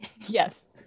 Yes